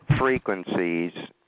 frequencies